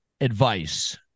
advice